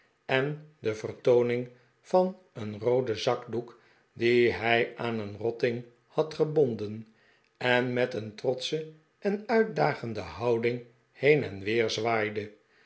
en de vertooning van een rooden zakdoek dien hij aan een rotting had gebonden en met een trotsche en uitdagende houding heen en weer zwaaide